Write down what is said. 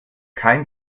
kein